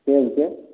सेब के